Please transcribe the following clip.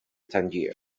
tangier